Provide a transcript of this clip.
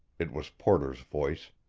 it was porter's voice.